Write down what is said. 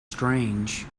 strange